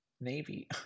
Navy